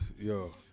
Yo